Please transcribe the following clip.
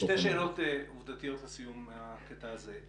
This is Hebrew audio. שתי שאלות עובדתיות לסיום הקטע הזה.